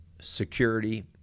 security